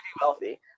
wealthy